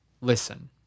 listen